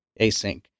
async